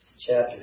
chapter